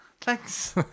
Thanks